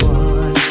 one